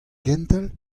kentel